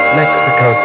Mexico